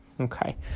okay